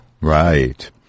Right